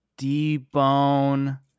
debone